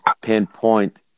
pinpoint